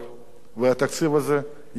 והתקציב הזה יעבור.